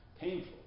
painful